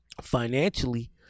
financially